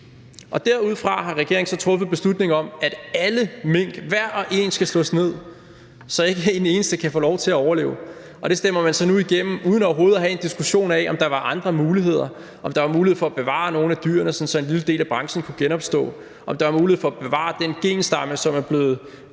Derudfra har regeringen så truffet en beslutning om, at alle mink, hver og en, skal slås ned, så ikke en eneste kan få lov til at overleve, og det stemmer man så nu igennem uden overhovedet at have en diskussion af, om der var andre muligheder: om der var mulighed for at bevare nogle af dyrene, så en lille del af branchen kunne genopstå, eller om der var mulighed for at bevare den genstamme, som er blevet